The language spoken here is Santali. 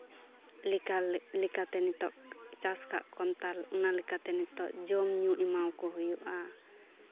ᱞᱮᱠᱟ ᱞᱮᱠᱟᱛᱮ ᱱᱤᱛᱚᱜ ᱪᱟᱥ ᱟᱠᱟᱫ ᱠᱚᱣᱟᱢ ᱚᱱᱟ ᱞᱮᱠᱟᱛᱮ ᱱᱤᱛᱚᱜ ᱡᱚᱢ ᱧᱩ ᱮᱢᱟᱣᱟᱠᱚ ᱦᱩᱭᱩᱜᱼᱟ